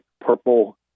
purple